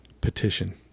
petition